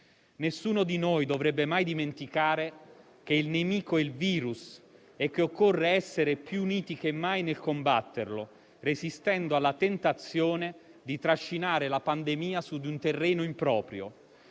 Nessuno di noi dovrebbe mai dimenticare che il nemico è il *virus* e che occorre essere più uniti che mai nel combatterlo, resistendo alla tentazione di trascinare la pandemia su di un terreno improprio.